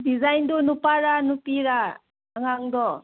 ꯗꯤꯖꯥꯏꯟꯗꯨ ꯅꯨꯄꯥꯔ ꯅꯨꯄꯤꯔ ꯑꯉꯥꯡꯗꯣ